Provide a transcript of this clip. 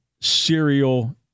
cereal